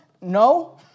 No